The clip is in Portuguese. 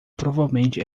provavelmente